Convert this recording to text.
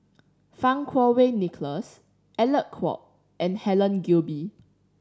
Fang Kuo Wei Nicholas Alec Kuok and Helen Gilbey